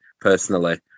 personally